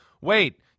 wait